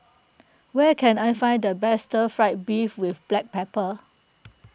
where can I find the best Stir Fried Beef with Black Pepper